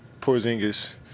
Porzingis